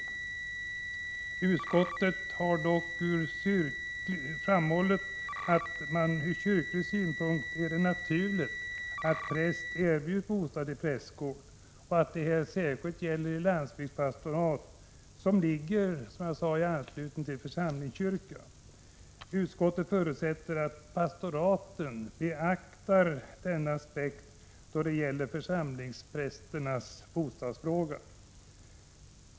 Utskottet har dock framhållit att det ur kyrklig synpunkt är naturligt att präst erbjuds bostad i prästgård och att detta särskilt gäller landsbygdspastorat, där prästgården ligger i anslutning till församlingskyrka. Utskottet förutsätter att pastoraten beaktar denna aspekt när det gäller församlingsprästernas bostadsfråga.